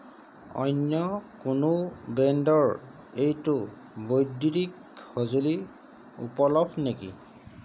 অন্য কোনো ব্ৰেণ্ডৰ এইটো বৈদ্যুতিক সঁজুলি উপলব্ধ নেকি